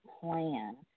plan